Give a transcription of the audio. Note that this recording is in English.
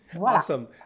Awesome